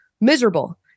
miserable